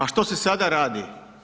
A što se sada radi?